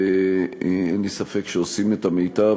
ואין לי ספק שעושים את המיטב,